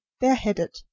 bareheaded